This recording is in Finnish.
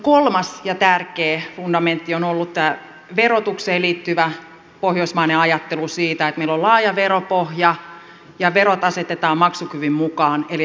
kolmas ja tärkeä fundamentti on ollut tämä verotukseen liittyvä pohjoismainen ajattelu siitä että meillä on laaja veropohja ja verot asetetaan maksukyvyn mukaan eli että on tämä progressio